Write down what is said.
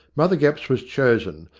mother gapp's was chosen,